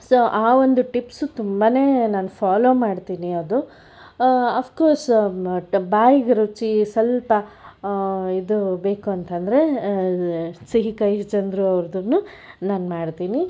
so ಆ ಒಂದು tips ತುಂಬನೇ ನಾನು ಫಾಲೋ ಮಾಡ್ತೀನಿ ಅದು ಆಫ್ಕೊಸ್ ಬಾಯಿಗೆ ರುಚಿ ಸ್ವಲ್ಪ ಇದು ಬೇಕು ಅಂತಂದರೆ ಸಿಹಿ ಕಹಿ ಚಂದ್ರು ಅವ್ರದ್ದೂ ನಾನು ಮಾಡ್ತೀನಿ